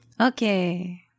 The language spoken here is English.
Okay